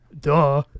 duh